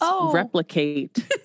replicate